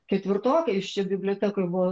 ketvirtokais čia bibliotekoj buvo